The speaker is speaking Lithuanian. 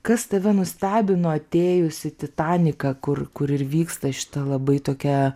kas tave nustebino atėjus į titaniką kur kur ir vyksta šita labai tokia